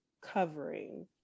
covering